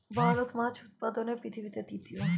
ভারত মাছ উৎপাদনে পৃথিবীতে তৃতীয়